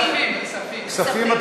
כספים.